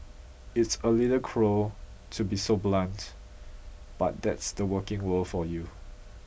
it's a little cruel to be so blunt but that's the working world for you